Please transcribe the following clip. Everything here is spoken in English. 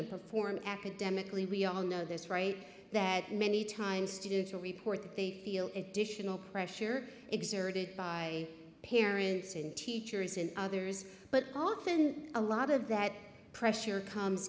and perform academically we all know this right that many times to do to report they feel additional pressure exerted by parents and teachers and others but often a lot of that pressure comes